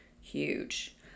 huge